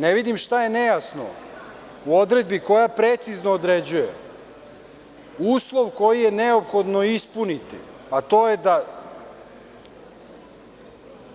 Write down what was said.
Ne vidim šta je nejasno u odredbi koja precizno određuje uslov koji je neophodno ispuniti, a to je da